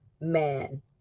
man